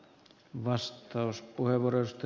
arvoisa puhemies